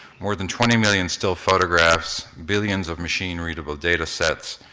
more than twenty million still photographs, billions of machine readable datasets,